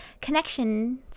connection